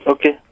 Okay